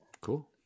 Cool